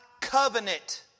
covenant